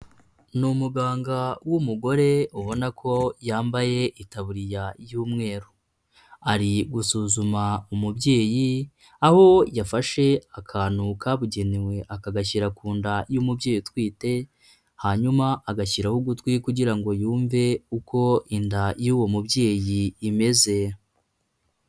Ni umuganga w'umugore ubona ko yambaye itabuririya y'umweru, ari gusuzuma umubyeyi aho yafashe akantu kabugenewe, akagashyira ku nda y'umubyeyi utwite, hanyuma agashyiraho ugutwi kugira ngo yumve uko inda y'uwo mubyeyi imeze.